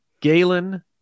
Galen